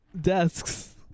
desks